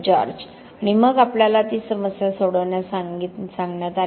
George आणि मग आपल्याला ती समस्या सोडवण्यास सांगण्यात आले